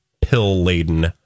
pill-laden